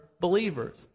believers